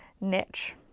niche